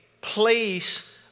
place